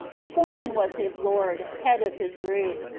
the foreman was his lord, head of his group.